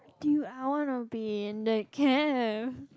dude I wanna be in the camp